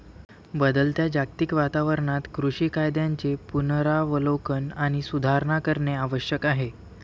बदलत्या जागतिक वातावरणात कृषी कायद्यांचे पुनरावलोकन आणि सुधारणा करणे आवश्यक आहे